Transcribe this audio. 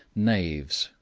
knaves,